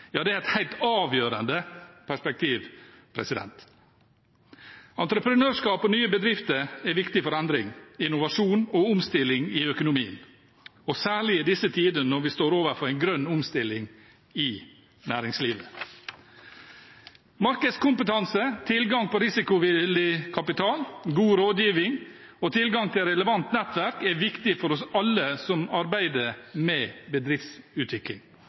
Ja, det er et helt avgjørende perspektiv. Entreprenørskap og nye bedrifter er viktig for endring, innovasjon og omstilling i økonomien og særlig i disse tider, når vi står overfor en grønn omstilling i næringslivet. Markedskompetanse, tilgang på risikovillig kapital, god rådgiving og tilgang til relevant nettverk er viktig for alle som arbeider med bedriftsutvikling.